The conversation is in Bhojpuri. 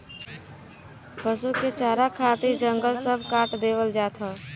पसु के चारा खातिर जंगल सब काट देवल जात हौ